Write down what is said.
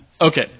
Okay